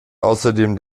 außerdem